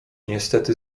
niestety